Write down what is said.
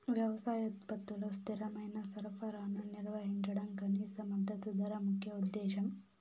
వ్యవసాయ ఉత్పత్తుల స్థిరమైన సరఫరాను నిర్వహించడం కనీస మద్దతు ధర ముఖ్య ఉద్దేశం